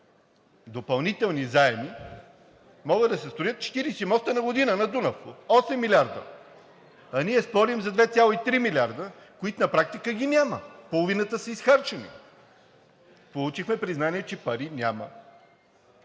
допълнителни заеми, могат да се строят 40 моста на Дунав – 8 милиарда, а ние спорим за 2,3 милиарда, които на практика ги няма, половината са изхарчени. Получихме признание, че пари няма.